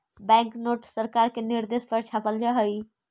bank note सरकार के निर्देश पर छापल जा हई